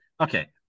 Okay